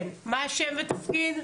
מה השם והתפקיד?